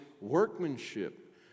workmanship